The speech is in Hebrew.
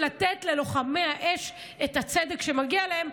לתת ללוחמי האש את הצדק שמגיע להם.